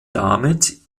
damit